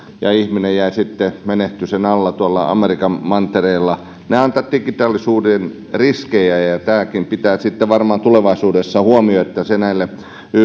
jäi ihminen ja sitten menehtyi sen alla tuolla amerikan mantereella nämä ovat tämän digitaalisuuden riskejä ja ja tämäkin pitää sitten varmaan tulevaisuudessa huomioida että se näille